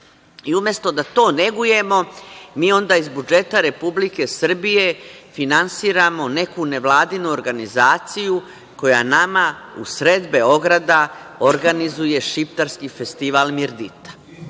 i umesto to da negujemo mi onda iz budžeta Republike Srbije finansiramo neku nevladinu organizaciju koja nama u sred Beograda organizuje šiptarski festival „Mirdita“